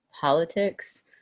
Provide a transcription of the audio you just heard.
politics